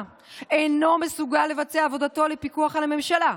אינו מסוגל לבצע עבודתו לפיקוח על הממשלה.